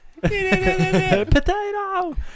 Potato